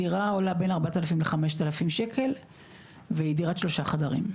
דירה עולה בין 4,000 ל-5,000 שקל והיא דירת שלושה חדרים,